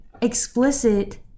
explicit